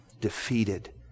defeated